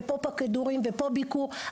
ופה כדורים ופה ביקור.